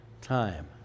time